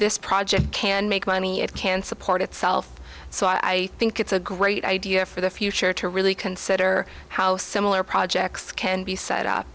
this project can make money it can support itself so i think it's a great idea for the future to really consider how similar projects can be set up